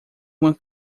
uma